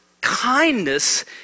kindness